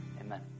Amen